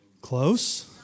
Close